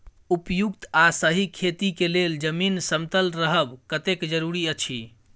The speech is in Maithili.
उपयुक्त आ सही खेती के लेल जमीन समतल रहब कतेक जरूरी अछि?